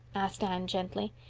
asked anne gently.